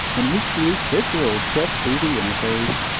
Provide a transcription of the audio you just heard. and recreate this little trip through the interface.